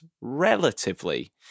relatively